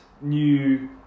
new